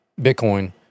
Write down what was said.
Bitcoin